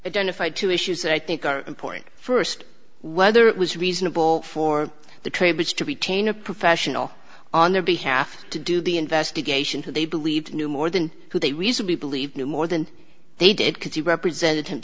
identify two issues that i think are important first whether it was reasonable for the trade which to retain a professional on their behalf to do the investigation who they believed knew more than who they reasonably believed knew more than they did could be representative